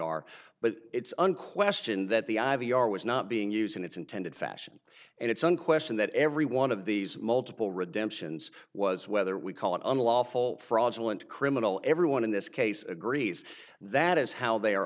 our but it's unquestioned that the i v are was not being used in its intended fashion and it's unquestioned that every one of these multiple redemptions was whether we call it unlawful fraudulent criminal everyone in this case agrees that is how they are